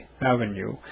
Avenue